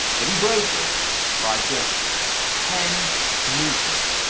but he broke it by just ten meters.